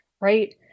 right